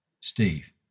Steve